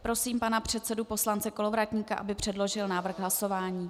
Prosím pana předsedu poslance Kolovratníka, aby předložil návrh hlasování.